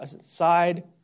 side